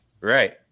right